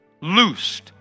loosed